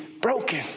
Broken